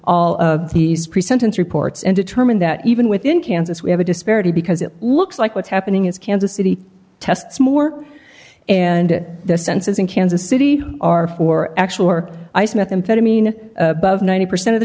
all of these pre sentence reports and determine that even within kansas we have a disparity because it looks like what's happening is kansas city tests more and the census in kansas city are for actual or ice methamphetamine above ninety percent of the